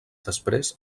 després